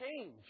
change